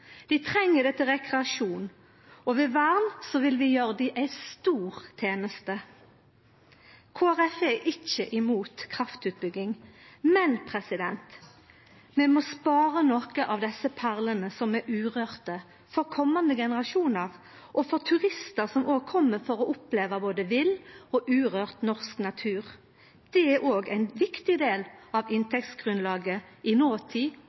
treng det til rekreasjon, og ved vern vil vi gjera dei ei stor teneste. Kristeleg Folkeparti er ikkje imot kraftutbygging, men vi må spara nokre av desse perlene som er urørde, for komande generasjonar, og for turistar som òg kjem for å oppleva både vill og urørt norsk natur. Det er òg ein viktig del av inntektsgrunnlaget i